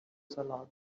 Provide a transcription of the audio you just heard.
salad